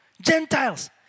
Gentiles